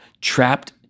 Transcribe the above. trapped